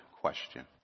question